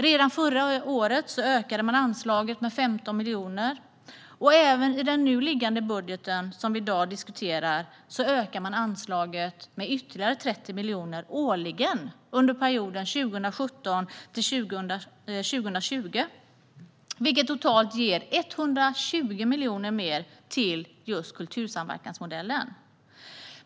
Redan förra året ökade man anslaget med 15 miljoner, och även i den budget som vi i dag diskuterar ökar man anslaget med ytterligare 30 miljoner årligen under perioden 2017-2020, vilket totalt ger 120 miljoner kronor mer till kultursamverkansmodellen.